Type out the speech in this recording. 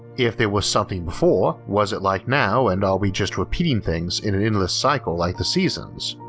if there was something before, was it like now and are we just repeating things in an endless cycle like the seasons?